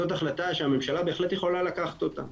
זו החלטה שהממשלה בהחלט יכולה לקחת אותה.